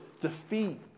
defeat